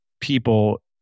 people